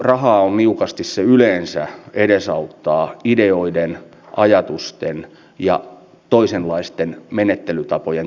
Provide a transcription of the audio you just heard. laguna tuottaisi paljon myös muuta työtä tukipalveluiden ja rakennushankkeen kautta